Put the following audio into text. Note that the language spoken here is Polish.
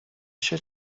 się